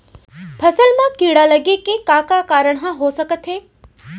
फसल म कीड़ा लगे के का का कारण ह हो सकथे?